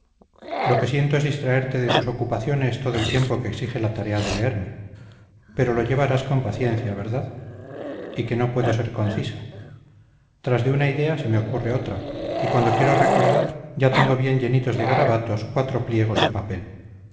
lo que siento es distraerte de tus ocupaciones todo el tiempo que exige la tarea de leerme pero lo llevarás con paciencia verdad y que no puedo ser concisa tras de una idea se me ocurre otra y cuando quiero recordar ya tengo bien llenitos de garabatos cuatro pliegos de papel